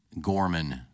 gorman